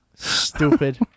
Stupid